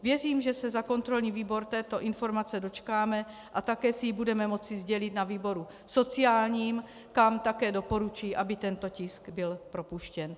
Věřím, že se za kontrolní výbor této informace dočkáme a také si ji budeme moci sdělit na výboru sociálním, kam také doporučuji, aby tento tisk byl propuštěn.